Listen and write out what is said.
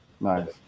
Nice